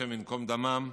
השם ייקום דמם,